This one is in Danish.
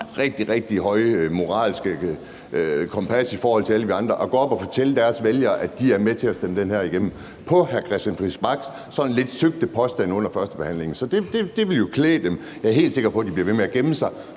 rigtig, rigtig højt moralsk kompas i forhold til alle os andre, at gå op og fortælle deres vælgere, at de med hr. Christian Friis Bachs sådan lidt søgte påstand under førstebehandlingen er med til at stemme det her igennem. Men jeg er helt sikker på, at de bliver ved med at gemme sig,